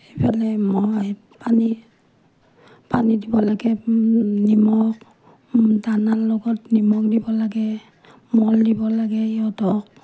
সেইফালে মই পানী পানী দিব লাগে নিমখ দানা লগত নিমখ দিব লাগে মই দিব লাগে সিহঁতক